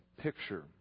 picture